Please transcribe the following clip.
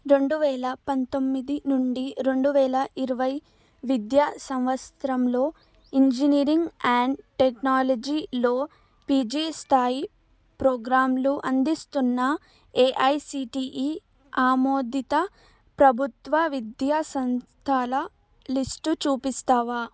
రెండు వేల పంతొమ్మిది నుండి రెండు వేల ఇరవై విద్యా సంవత్సరంలో ఇంజనీరింగ్ అండ్ టెక్నాలజీలో పీజీ స్థాయి ప్రోగ్రామ్లు అందిస్తున్న ఏఐసీటీఈ ఆమోదిత ప్రభుత్వ విద్యా సంస్థల లిస్టు చూపిస్తావా